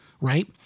Right